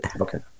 Okay